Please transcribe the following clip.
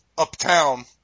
Uptown